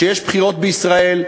שיש בחירות בישראל,